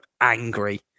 angry